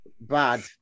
bad